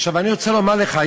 עכשיו אני רוצה לומר לך,